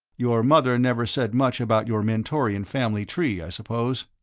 your mother never said much about your mentorian family tree, i suppose?